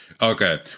Okay